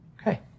Okay